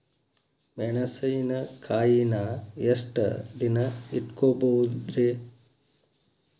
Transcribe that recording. ಮೆಣಸಿನಕಾಯಿನಾ ಎಷ್ಟ ದಿನ ಇಟ್ಕೋಬೊದ್ರೇ?